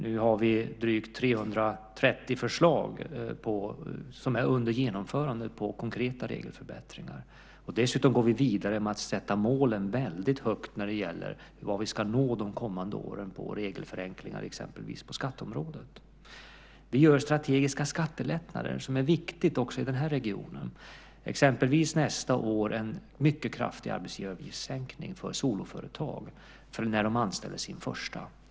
Nu har vi drygt 330 förslag som är under genomförande för konkreta regelförbättringar. Dessutom går vi vidare med att sätta målen väldigt högt när det gäller vad vi ska nå de kommande åren av regelförenklingar på skatteområdet. Vi gör strategiska skattelättnader som är viktigt också i den här regionen, exempelvis nästa år en mycket kraftig arbetsgivaravgiftssänkning för soloföretag när de anställer sin första medarbetare.